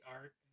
art